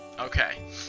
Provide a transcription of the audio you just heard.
Okay